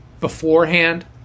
beforehand